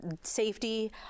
Safety